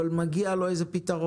אבל מגיע לו איזה פתרון.